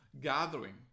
gathering